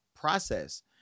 process